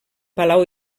palau